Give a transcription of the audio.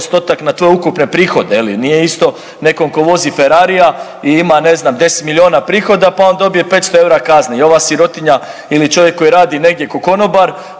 na tvoje ukupne prihode, je li isto nekom tko vozi Feraria i ima ne znam 10 miliona prihoda pa on dobije 500 EUR-a kazne i ova sirotinja ili čovjek koji radi ko konobar